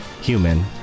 human